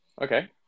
Okay